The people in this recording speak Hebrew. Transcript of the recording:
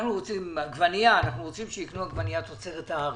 אנחנו רוצים שיקנו עגבנייה תוצרת הארץ,